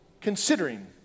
considering